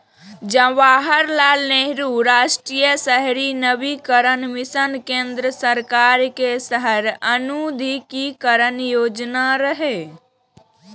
जवाहरलाल नेहरू राष्ट्रीय शहरी नवीकरण मिशन केंद्र सरकार के शहर आधुनिकीकरण योजना रहै